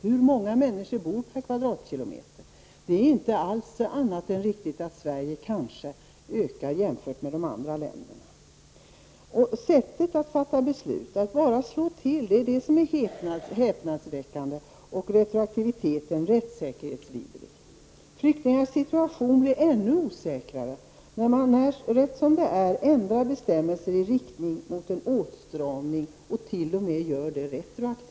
Hur många människor bor det per kvadratkilometer? Det är inte annat än riktigt att Sverige kanske ökar jämfört med andra länder. Sättet att fatta beslut, att bara slå till, är häpnadsväckande och retroaktiviteten är rättssäkerhetsvidrig. Flyktingarnas situation blir ännu osäkrare när man rätt som det är ändrar bestämmelserna i riktning mot en åtstramning och t.o.m. gör det retroaktivt.